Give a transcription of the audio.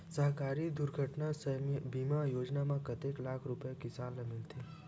सहकारी दुर्घटना बीमा योजना म कतेक लाख रुपिया किसान ल मिलथे?